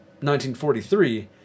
1943